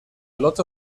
lot